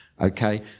okay